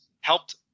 Helped